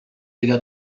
إلى